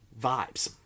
vibes